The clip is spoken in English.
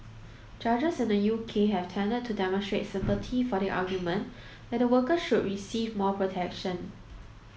judges in the U K have tended to demonstrate sympathy for the argument that the workers should receive more protection